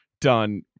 done